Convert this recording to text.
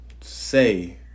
Say